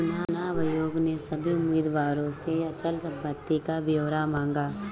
चुनाव आयोग ने सभी उम्मीदवारों से अचल संपत्ति का ब्यौरा मांगा